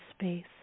space